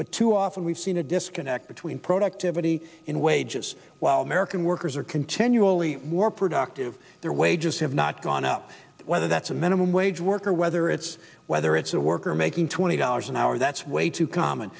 but too often we've seen a disconnect between productivity in wages while american workers are continually more productive their wages have not gone up whether that's a minimum wage worker whether it's whether it's a worker making twenty dollars an hour that's way too common